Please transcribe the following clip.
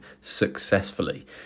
successfully